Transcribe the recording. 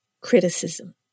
criticism